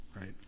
right